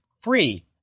free